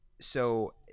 so-